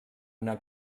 una